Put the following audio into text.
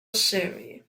sherry